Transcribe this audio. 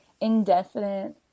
indefinite